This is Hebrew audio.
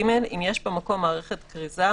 (ג) אם יש במקום מערכת כריזה,